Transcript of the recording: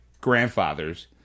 grandfathers